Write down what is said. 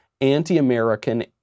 anti-American